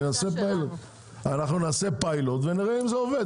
נעשה פיילוט ונראה אם זה עובד.